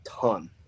ton